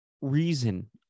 reason